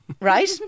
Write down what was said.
Right